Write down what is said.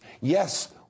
Yes